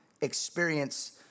experience